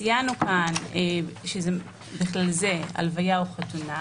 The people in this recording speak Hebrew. ציינו כאן שזה בכלל זה הלוויה או חתונה,